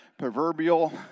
proverbial